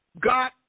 God